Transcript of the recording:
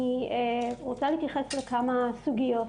אני רוצה להתייחס לכמה סוגיות.